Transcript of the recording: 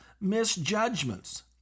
misjudgments